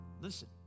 Listen